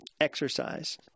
exercise